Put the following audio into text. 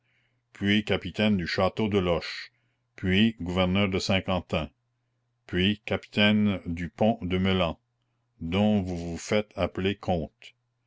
puis capitaine du château de loches puis gouverneur de saint-quentin puis capitaine du pont de meulan dont vous vous faites appeler comte